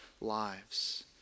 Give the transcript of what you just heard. lives